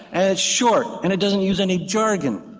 and it's short and it doesn't use any jargon.